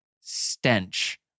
stench